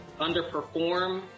underperform